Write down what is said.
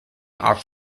off